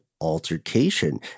altercation